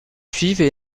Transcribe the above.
suivent